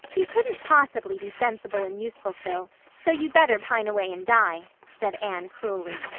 you couldn't possibly be sensible and useful, phil, so you'd better pine away and die, said anne cruelly.